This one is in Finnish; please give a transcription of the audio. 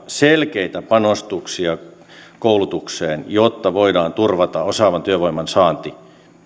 selkeitä panostuksia koulutukseen jotta voidaan turvata osaavan työvoiman saanti